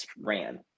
ran